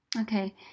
Okay